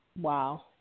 Wow